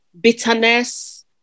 bitterness